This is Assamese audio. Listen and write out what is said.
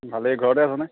ভালেই ঘৰতে আছা নে